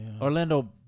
Orlando